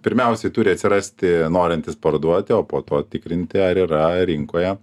pirmiausiai turi atsirasti norintys parduoti o po to tikrinti ar yra rinkoje